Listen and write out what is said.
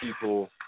people